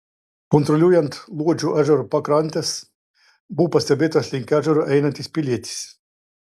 kontroliuojant luodžio ežero pakrantes buvo pastebėtas link ežero einantis pilietis